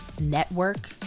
network